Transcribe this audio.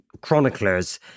chroniclers